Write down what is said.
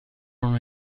non